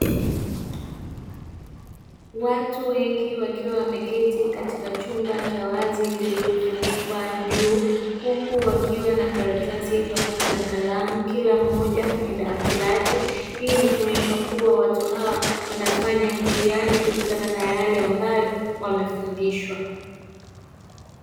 Watu wengi wakiwa wameketi katika chumba cha wazi kilichofunikwa juu, huku wakiwa na karatasi pamoja na kalamu kila mmoja kwenye dawati lake. Hii ni kuonyesha kuwa watu hawa wanafanya mtihani kutokana na yale ambayo wamefundishwa.